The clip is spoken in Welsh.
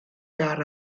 car